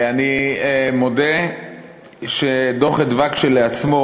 אני מודה שדוח "מרכז אדוה" כשלעצמו,